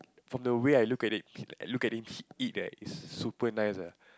from the way I look at it look at it he eat eh is super nice ah